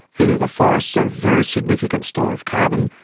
either the forests are a very significant store of carbon,